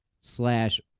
slash